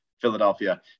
Philadelphia